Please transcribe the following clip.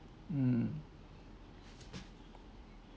mm